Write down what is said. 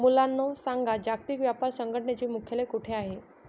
मुलांनो सांगा, जागतिक व्यापार संघटनेचे मुख्यालय कोठे आहे